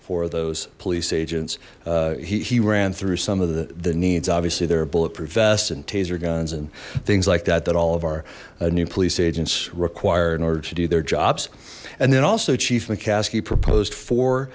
for those police agents he ran through some of the needs obviously there a bulletproof vests and taser guns and things like that that all of our new police agents require in order to do their jobs and then also chief mccaskey proposed for